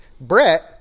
Brett